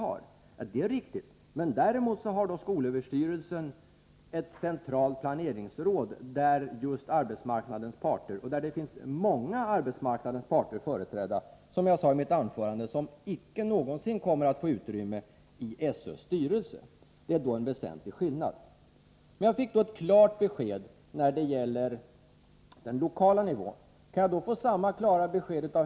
Ja, det är riktigt, men däremot har skolöverstyrelsen ett centralt planeringsråd, där det — som jag sade i mitt anförande — finns representation för många arbetsmarknadsparter som icke någonsin kommer att få utrymme i SÖ:s styrelse. Det är en väsentlig skillnad. Jag fick alltså ett klart besked när det gäller den lokala nivån.